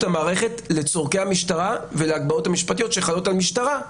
המערכת לצורכי המשטרה ולהגבלות המשפטיות שחלות על המשטרה,